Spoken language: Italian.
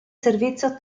servizio